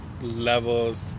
levels